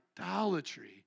idolatry